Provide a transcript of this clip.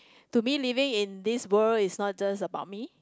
to me living in this world is not just about me